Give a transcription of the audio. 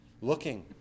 looking